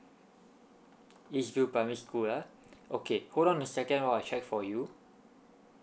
east view primary school ah okay hold on a second while I check for you